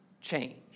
change